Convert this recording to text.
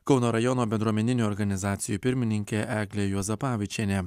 kauno rajono bendruomeninių organizacijų pirmininkė eglė juozapavičienė